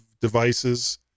devices